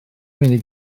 munud